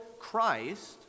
Christ